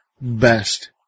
best